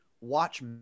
watch